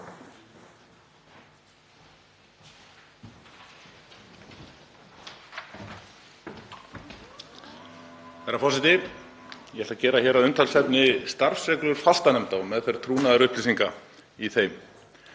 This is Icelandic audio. Herra forseti. Ég ætla að gera hér að umtalsefni starfsreglur fastanefnda og meðferð trúnaðarupplýsinga í þeim.